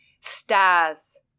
stars